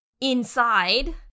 inside